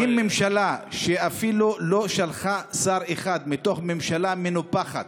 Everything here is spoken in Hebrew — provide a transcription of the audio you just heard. אם הממשלה אפילו לא שלחה שר אחד מתוך ממשלה מנופחת